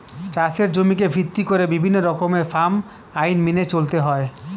চাষের জমিকে ভিত্তি করে বিভিন্ন রকমের ফার্ম আইন মেনে চলতে হয়